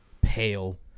pale